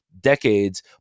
decades